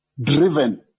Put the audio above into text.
driven